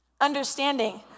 Understanding